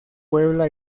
puebla